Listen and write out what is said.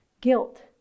guilt